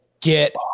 Get